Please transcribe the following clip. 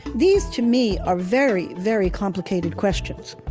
these to me are very, very complicated questions.